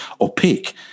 opaque